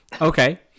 Okay